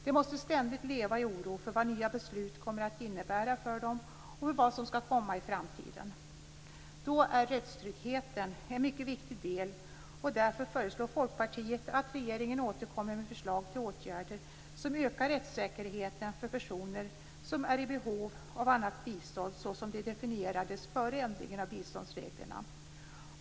De måste ständigt leva i oro för vad nya beslut kommer att innebära för dem och för vad som skall komma i framtiden. Då är rättstryggheten en mycket viktig del. Därför föreslår Folkpartiet att regeringen skall återkomma med förslag till åtgärder som ökar rättssäkerheten för personer som är i behov av annat bistånd såsom de definierades före ändringen av biståndsreglerna.